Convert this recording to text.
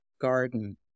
Garden